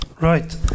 Right